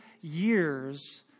years